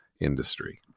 industry